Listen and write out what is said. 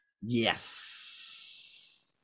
Yes